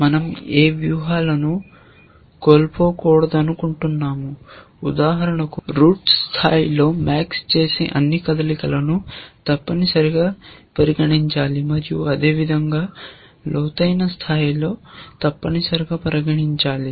మనం ఏ వ్యూహాలను కోల్పోకూడదనుకుంటున్నాము ఉదాహరణకు రూట్ స్థాయిలో MAX చేసే అన్ని కదలికలను తప్పనిసరిగా పరిగణించాలి మరియు అదేవిధంగా లోతైన స్థాయిలలో తప్పనిసరిగా పరిగణించాలి